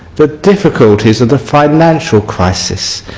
the difficulties of the financial crisis.